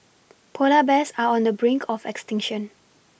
polar bears are on the brink of extinction